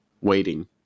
waiting